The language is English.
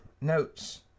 notes